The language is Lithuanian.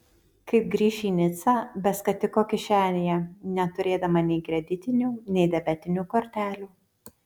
kaip grįš į nicą be skatiko kišenėje neturėdama nei kreditinių nei debetinių kortelių